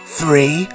three